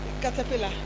Caterpillar